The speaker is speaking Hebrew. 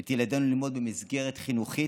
את ילדינו ללמוד במסגרת חינוכית,